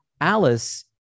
Alice